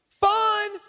Fun